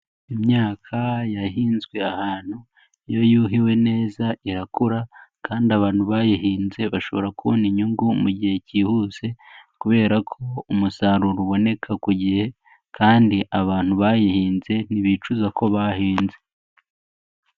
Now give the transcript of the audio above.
Imyaka yahinzwe ahantu iyo yuhiwe neza irakura kandi abantu bayihinze bashobora kubona inyungu mu gihe kihuse kubera ko umusaruro uboneka ku gihe kandi abantu bayihinze ntibicuza ko bahinze.